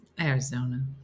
Arizona